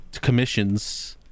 commissions